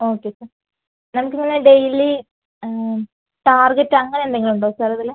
okay sir നമുക്ക് പിന്നെ daily target അങ്ങനെ എന്തെങ്കിലും ഉണ്ടോ സാർ ഇതില്